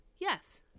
yes